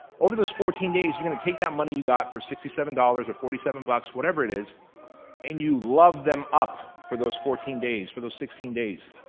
over those fourteen days, you take that money you got for sixty seven dollars, for forty seven bucks, whatever it is and you love them up for those fourteen days, for the sixteen days.